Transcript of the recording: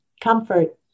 comfort